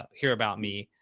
um hear about me?